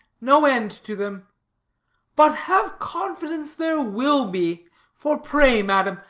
no end to them but, have confidence, there will be for pray, madam,